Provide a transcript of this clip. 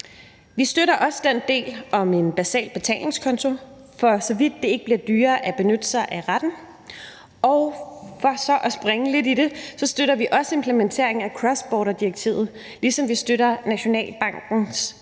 Vi støtter også den del om en basal betalingskonto, for så vidt det ikke bliver dyrere at benytte sig af retten. For så at springe lidt i det støtter vi også implementering af crossboarderdirektivet, ligesom vi støtter Nationalbankens